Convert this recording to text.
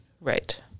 Right